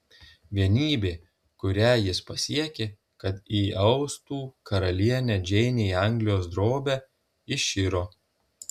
vienybė kurią jis pasiekė kad įaustų karalienę džeinę į anglijos drobę iširo